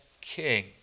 king